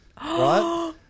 Right